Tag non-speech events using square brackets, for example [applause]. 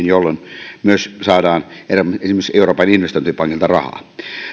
[unintelligible] jolloin myös saadaan esimerkiksi euroopan investointipankilta rahaa